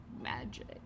magic